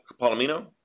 Palomino